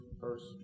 first